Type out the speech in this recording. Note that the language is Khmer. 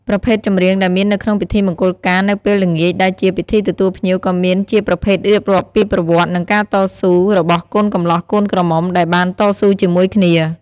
ប្រភេទចម្រៀងដែលមាននៅក្នុងពិធីមង្កលការនៅពេលល្ងាចដែលជាពិធីទទួលភ្ញៀវក៏មានជាប្រភេទរៀបរាប់ពីប្រវត្តិនិងការតស៊ូរបស់កូនកម្លោះកូនក្រមុំដែលបានតស៊ូជាមួយគ្នា។